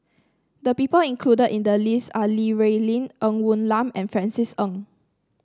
the people included in the list are Li Rulin Ng Woon Lam and Francis Ng